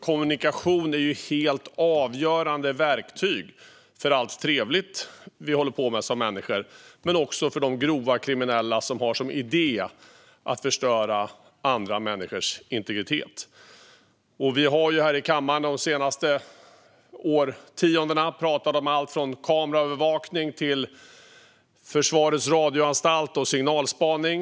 Kommunikation är ju helt avgörande för allt trevligt vi som människor håller på med och också för de grovt kriminella som har som idé att kränka andra människors integritet. Här i kammaren har vi de senaste årtiondena talat om alltifrån kameraövervakning till Försvarets radioanstalt och signalspaning.